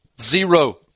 Zero